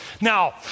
Now